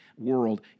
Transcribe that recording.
world